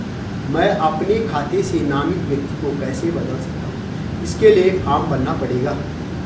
मैं अपने खाते से नामित व्यक्ति को कैसे बदल सकता हूँ इसके लिए फॉर्म भरना पड़ेगा?